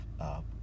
up